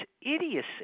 idiocy